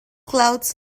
clouds